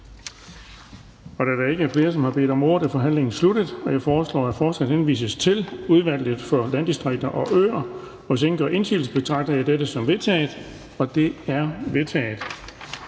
Da der ikke er flere, der har bedt om ordet, er forhandlingen sluttet. Jeg foreslår, at forslaget henvises til Udvalget for Landdistrikter og Øer. Hvis ingen gør indsigelse, betragter jeg dette som vedtaget. Det er vedtaget.